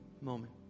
moment